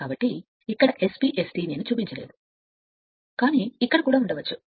కాబట్టి ఇక్కడ SPST నేను చూపించలేదు కానీ ఇక్కడ కూడా ఉంచవచ్చు